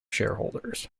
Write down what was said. shareholders